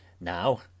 now